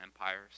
empires